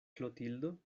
klotildo